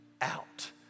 out